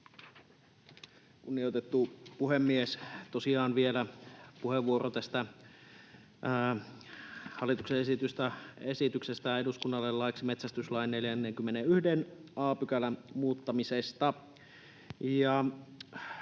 Kunnioitettu puhemies! Tosiaan vielä puheenvuoro tästä hallituksen esityksestä eduskunnalle laiksi metsästyslain 41 a §:n muuttamisesta.